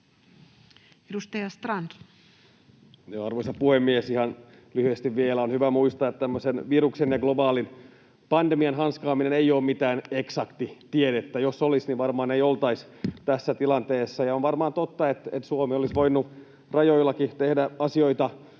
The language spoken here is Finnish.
Arvoisa puhemies! Ihan lyhyesti vielä. On hyvä muistaa, että tämmöisen viruksen ja globaalin pandemian hanskaaminen ei ole mitään eksaktia tiedettä. Jos olisi, niin varmaan ei oltaisi tässä tilanteessa, ja on varmaan totta, että Suomi olisi voinut rajoillakin tehdä asioita